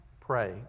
pray